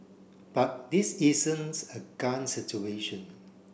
but this isn't a gun situation